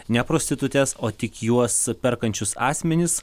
ne prostitutes o tik juos perkančius asmenis